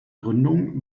gründung